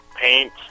paint